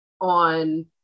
on